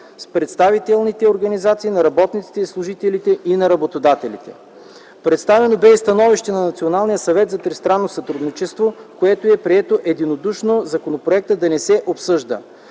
с представителните организации на работниците и служителите и на работодателите. Представено бе и становище на Националния съвет за тристранно сътрудничество, в което е прието единодушно законопроектът да не се обсъжда.